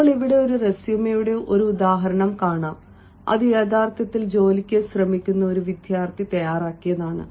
ഇപ്പോൾ ഇവിടെ ഒരു റെസ്യുമെയുടെ ഒരു ഉദാഹരണം കാണാം അത് യഥാർത്ഥത്തിൽ ജോലിക്ക് ശ്രമിക്കുന്ന ഒരു വിദ്യാർത്ഥി തയ്യാറാക്കിയതാണ്